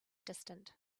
distant